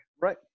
Right